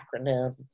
acronym